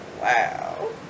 Wow